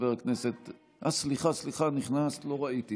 חברת הכנסת עאידה תומא סלימאן,